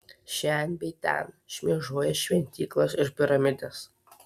šen bei ten šmėžuoja šventyklos ir piramidės